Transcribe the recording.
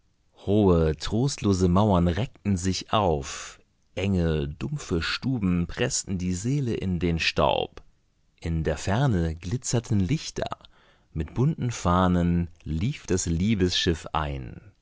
hohe trostlose mauern reckten sich auf enge dumpfe stuben preßten die seele in den staub in der ferne glitzerten lichter mit bunten fahnen lief das liebesschiff ein